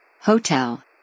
Hotel